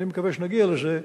אני מקווה שנגיע לזה,